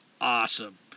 awesome